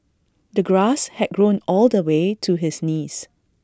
the grass had grown all the way to his knees